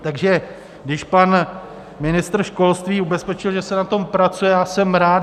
Takže když pan ministr školství ubezpečil, že se na tom pracuje, já jsem rád.